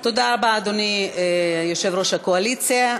תודה רבה, אדוני, יושב-ראש הקואליציה.